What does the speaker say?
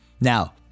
Now